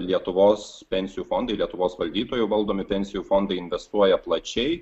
lietuvos pensijų fondai lietuvos valdytojų valdomi pensijų fondai investuoja plačiai